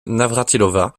navrátilová